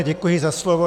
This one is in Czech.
Děkuji za slovo.